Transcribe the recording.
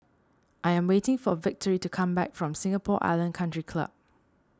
I am waiting for Victory to come back from Singapore Island Country Club